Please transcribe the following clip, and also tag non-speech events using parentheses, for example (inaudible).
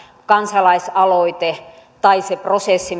kansalaisaloite tai se prosessi (unintelligible)